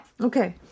Okay